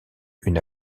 une